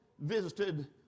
visited